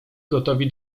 gotowi